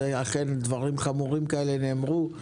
שאכן דברים חמורים כאלה נאמרו.